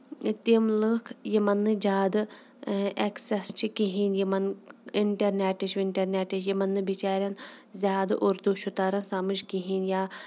تِم لُکھ یِمن نہٕ زیادٕ اٮ۪کسس چھِ کِہینۍ یِمن اِنٹرنیٹٕچ وِنٹرنیٹٕچ یِمن نہٕ زیادٕ اردو چھُ تران سَمجھ کِہینۍ یا